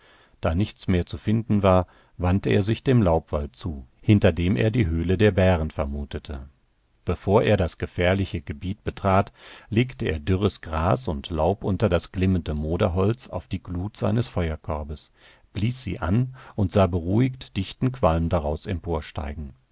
da nichts mehr zu finden war wandte er sich dem laubwald zu hinter dem er die höhle der bären vermutete bevor er das gefährliche gebiet betrat legte er dürres gras und laub unter das glimmende moderholz auf die glut seines feuerkorbes blies sie an und sah beruhigt dichten qualm daraus